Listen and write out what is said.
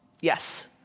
Yes